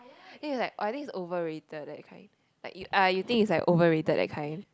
then it's like I think it's over rated that kind like uh you think it's like over rated that kind